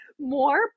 more